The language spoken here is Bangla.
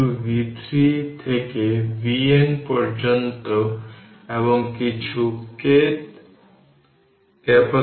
সুতরাং এটি 150 ভোল্ট এবং v2 হবে qC2